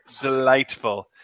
delightful